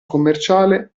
commerciale